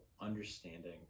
understanding